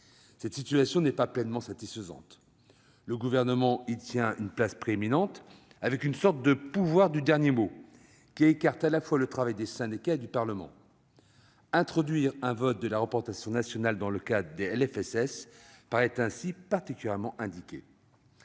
Cette situation n'est pas pleinement satisfaisante. Le Gouvernement y tient une place prééminente et dispose d'une sorte de « pouvoir du dernier mot », qui écarte à la fois le travail des syndicats et du Parlement. Prévoir un vote de la représentation nationale dans le cadre des lois de financement de